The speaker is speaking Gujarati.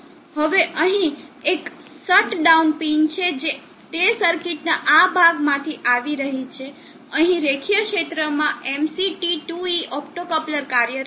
હવે અહીં એક શટડાઉન પિન છે જે તે સર્કિટના આ ભાગમાંથી આવી રહ્યો છે અહીં રેખીય ક્ષેત્રમાં MCT2E ઓપ્ટોકપ્લર કાર્યરત છે